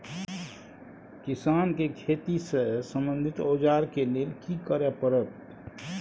किसान के खेती से संबंधित औजार के लेल की करय परत?